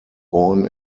born